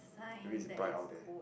that mean is bright out there